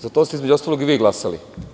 Za to ste, između ostalog, i vi glasali.